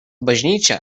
bažnyčia